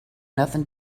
nothing